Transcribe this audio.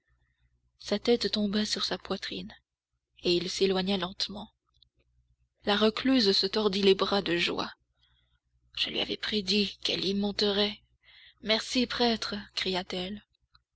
sa tête tomba sur sa poitrine et il s'éloigna lentement la recluse se tordit les bras de joie je le lui avait prédit qu'elle y monterait merci prêtre cria-t-elle